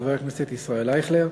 חבר הכנסת ישראל אייכלר,